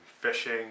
fishing